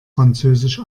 französisch